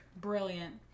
Brilliant